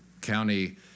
county